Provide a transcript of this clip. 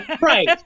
Right